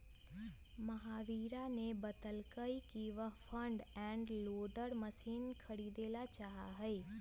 महावीरा ने बतल कई कि वह फ्रंट एंड लोडर मशीन खरीदेला चाहा हई